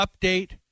update